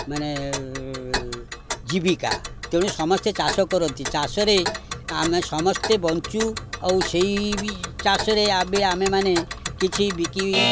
ମାନେ ଜୀବିକା ତେଣୁ ସମସ୍ତେ ଚାଷ କରନ୍ତି ଚାଷରେ ଆମେ ସମସ୍ତେ ବଞ୍ଚୁ ଆଉ ସେଇବି ଚାଷରେ ଆମେ ଆମେମାନେ କିଛି ବିକି